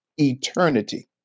eternity